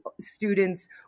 students